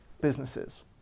businesses